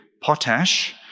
potash